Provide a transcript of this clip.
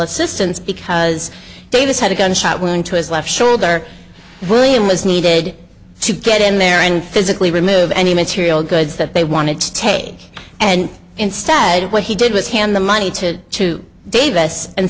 assistance because davis had a gunshot wound to his left shoulder and william was needed to get in there and physically remove any material goods that they wanted to take and instead what he did was hand the money to to davis and